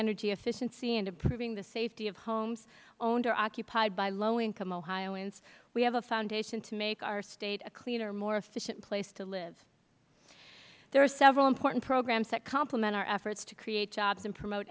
energy efficiency and increasing the safety of homes owned or occupied by low income ohioans we have a foundation to make our state a cleaner more efficient place to live there are several important programs that complement our efforts to create jobs and promote